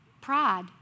pride